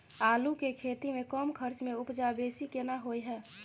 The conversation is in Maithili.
आलू के खेती में कम खर्च में उपजा बेसी केना होय है?